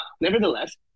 nevertheless